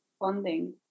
Funding